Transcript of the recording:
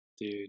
Dude